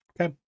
Okay